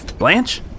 Blanche